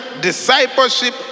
discipleship